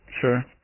Sure